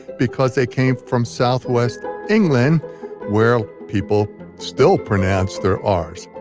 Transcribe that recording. because they came from southwest england where people still pronounce their ah rs.